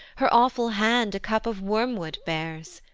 her awful hand a cup of wormwood bears.